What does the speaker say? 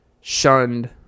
shunned